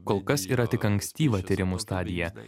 kol kas yra tik ankstyva tyrimų stadija